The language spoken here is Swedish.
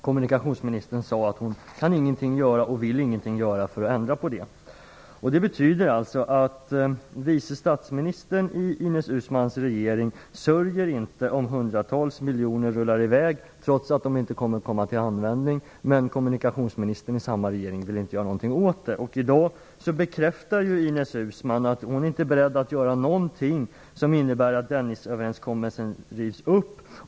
Kommunikationsministern sade att hon ingenting kan göra och ingenting vill göra för att ändra på det. Uusmanns regering inte sörjer om hundratals miljoner rullar i väg, trots att de inte kommer till användning, medan kommunikationsministern i samma regering inte vill göra någonting åt det. I dag bekräftar Ines Uusmann att hon inte är beredd att göra någonting som innebär att Dennisöverenskommelsen rivs upp.